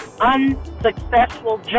unsuccessful